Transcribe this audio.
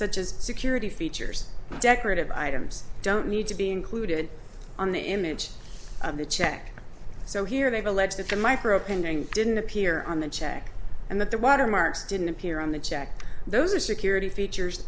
such as security features decorative items don't need to be included on the image of the check so here they allege that the micro pending didn't appear on the check and that the watermarks didn't appear on the check those are security features